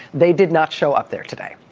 they did not show up there today.